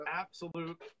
absolute